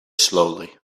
slowly